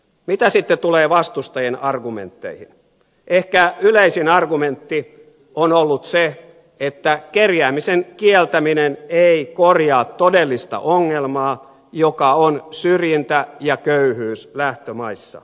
mitä sitten tulee vastustajien argumentteihin ehkä yleisin argumentti on ollut se että kerjäämisen kieltäminen ei korjaa todellista ongelmaa joka on syrjintä ja köyhyys lähtömaissa